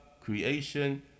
creation